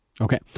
Okay